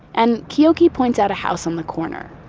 and keoki points out a house on the corner.